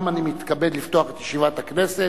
ירושלים, הכנסת,